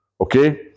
Okay